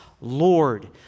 Lord